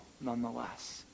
nonetheless